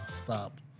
Stop